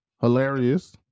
hilarious